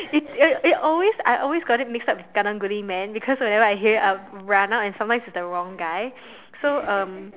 it it it always I always got it mixed up with karang-guni man because whenever I hear it I would run out and sometimes it's the wrong guy so um